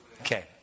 Okay